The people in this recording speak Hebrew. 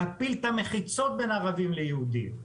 להפיל את המחיצות בין ערבים ליהודים,